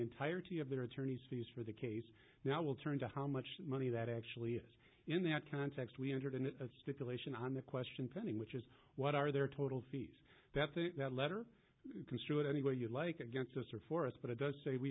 of their attorney's fees for the case now will turn to how much money that actually is in that context we entered into a stipulation on the question pending which is what are their total fees that the letter construed anywhere you like against us or for us but it does say we